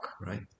right